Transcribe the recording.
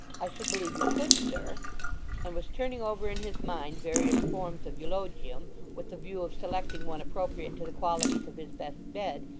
i should believe you could, sir and was turning over in his mind various forms of eulogium, with the view of selecting one appropriate to the qualities of his best bed,